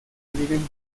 evidente